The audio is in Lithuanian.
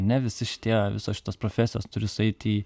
ne visi šitie visos šitos profesijos turi sueiti į